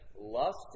Lust